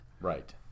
Right